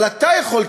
אבל אתה יכול,